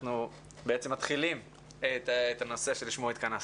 אנחנו מתחילים בנושא לשמו התכנסנו.